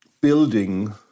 building